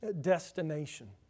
destination